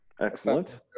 excellent